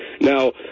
Now